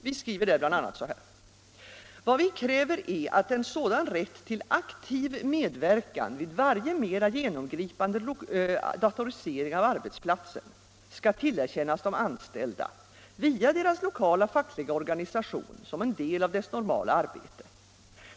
Vi skriver där bl.a.: ”Vad vi kräver är att en sådan rätt till aktiv medverkan vid varje mera genomgripande datorisering av arbetsplatsen skall tillerkännas de anställda via deras lokala fackliga organisation som en del av dess normala arbete.